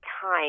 time